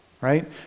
right